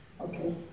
Okay